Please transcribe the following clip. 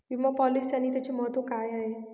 विमा पॉलिसी आणि त्याचे महत्व काय आहे?